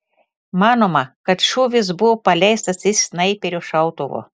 manoma kad šūvis buvo paleistas iš snaiperio šautuvo